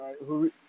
right